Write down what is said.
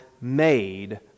made